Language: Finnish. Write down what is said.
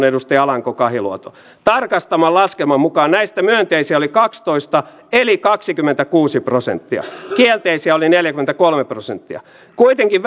edustaja alanko kahiluoto tarkastaman laskelman mukaan näistä myönteisiä oli kaksitoista eli kaksikymmentäkuusi prosenttia kielteisiä oli neljäkymmentäkolme prosenttia kuitenkin